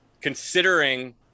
considering